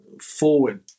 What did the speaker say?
forward